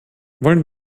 wollen